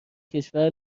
کشور